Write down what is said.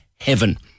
Heaven